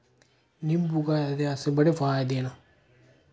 निम्बू कावे दे असें ई बड़े फायदे न